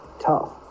tough